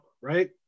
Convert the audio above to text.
right